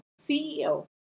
ceo